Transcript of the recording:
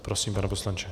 Prosím, pane poslanče.